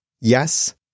Yes